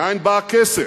מאין בא הכסף?